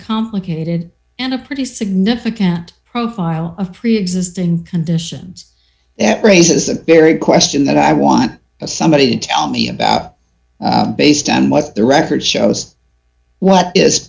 complicated and a pretty significant profile of preexisting conditions it raises a very question that i want somebody to tell me about based on what their record shows what is